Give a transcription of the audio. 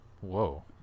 Whoa